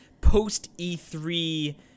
post-E3